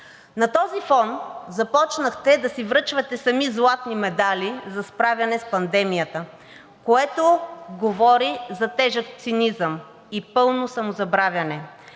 На този фон започнахте да си връчвате сами златни медали за справяне с пандемията, което говори за тежък цинизъм и пълно самозабравяне.